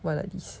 why like this